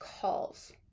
calls